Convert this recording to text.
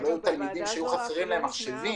שלא היו תלמידים שהיו חסרים להם מחשבים,